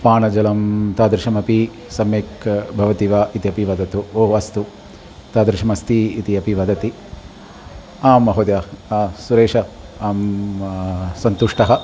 पानजलं तादृशमपि सम्यक् भवति वा इत्यपि वदतु ओ अस्तु तादृशम् अस्ति इति अपि वदति आम् महोदय आम् सुरेश आम् सन्तुष्टः